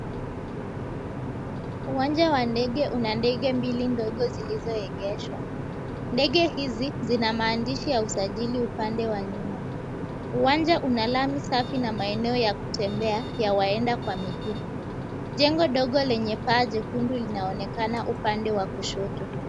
Uwanja wa ndege una ndege mbili ndogo zilizoegeshwa. Ndege hizi zina maandishi ya usajili upande wa nyuma. Uwanja una lami safi na maeneo ya kutembea yawaenda kwa miguu. Jengo dogo lenye paje kundu linaonekana upande wa kushoto.